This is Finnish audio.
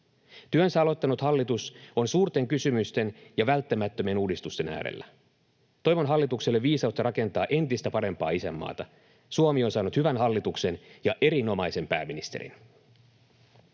Työnsä aloittanut hallitus on suurten kysymysten ja välttämättömien uudistusten äärellä. Toivon hallitukselle viisautta rakentaa entistä parempaa isänmaata. Suomi on saanut hyvän hallituksen ja erinomaisen pääministerin.